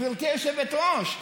גברתי היושבת-ראש,